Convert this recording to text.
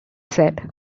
said